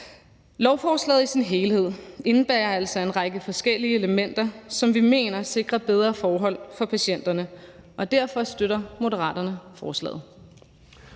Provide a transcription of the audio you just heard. Lovforslaget i sin helhed indebærer altså en række forskellige elementer, som vi mener sikrer bedre forhold for patienterne, og derfor støtter Moderaterne forslaget.